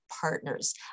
partners